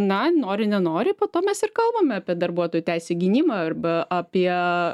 na nori nenori po to mes ir kalbame apie darbuotojų teisių gynimą arba apie